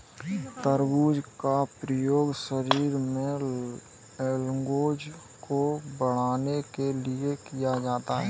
तरबूज का प्रयोग शरीर में ग्लूकोज़ को बढ़ाने के लिए किया जाता है